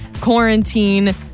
quarantine